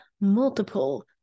multiple